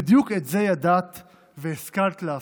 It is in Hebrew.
בדיוק את זה ידעת והשכלת לעשות,